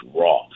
raw